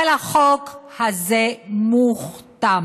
אבל החוק הזה מוכתם.